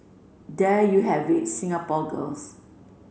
there you have it Singapore girls